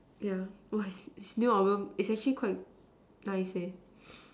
yeah !wah! his new albums is actually quite nice eh